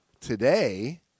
today